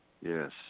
Yes